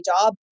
job